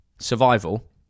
survival